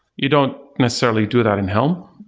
you don't necessarily do that in helm,